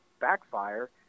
backfire –